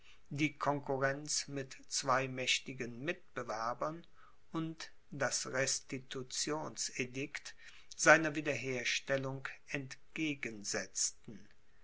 die concurrenz mit zwei mächtigen mitbewerbern und das restitutionsedikt seiner wiederherstellung entgegensetzten